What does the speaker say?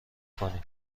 کنی